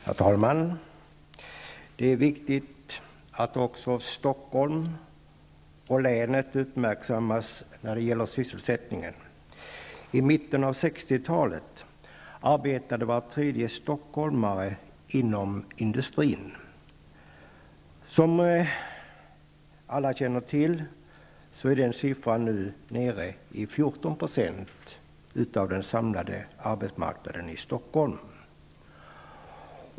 Herr talman! Det är viktigt att även Stockholm och Stockholms län uppmärksammas när det gäller sysselsättningen. I mitten av 60-talet arbetade var tredje stockholmare inom industrin. Som alla känner till är den siffran nu nere i 14 % av den samlade arbetsmarknaden i Stockholm.